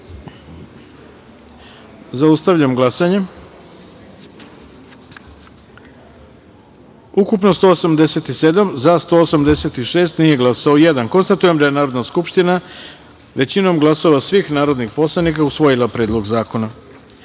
taster. Zaustavljam glasanje. Ukupno - 187, za -186, nije glasao jedan. Konstatujem da je Narodna skupština većinom glasova svih narodnih poslanika usvojila Predlog zakona. Sedma